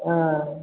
हँ